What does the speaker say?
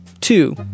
Two